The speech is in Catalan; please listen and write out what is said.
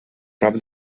prop